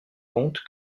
compte